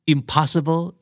Impossible